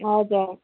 हजुर